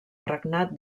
regnat